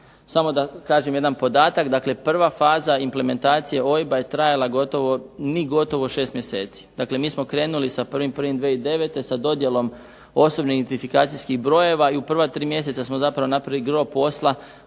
Samo da kažem jedan podatak, dakle prva faza implementacije OIB-a je trajala gotovo ni gotovo 6 mjeseci. Dakle, mi smo krenuli sa 1.1.2009. sa dodjelom OIB-a i u prva tri mjeseca smo napravili gro posla,